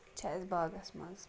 چھِ اَسہِ باغس منٛز